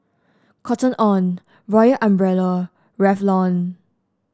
Cotton On Royal Umbrella Revlon